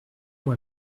moi